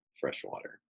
freshwater